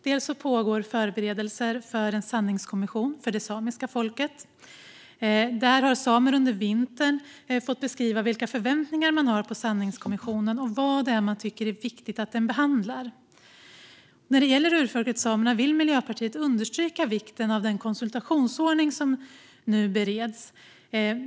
Det pågår förberedelser för en sanningskommission för det samiska folket. Samer har under vintern fått beskriva vilka förväntningar man har på sanningskommissionen och vad man tycker är viktigt att den behandlar. När det gäller urfolket samerna vill Miljöpartiet understryka vikten av den konsultationsordning som nu bereds.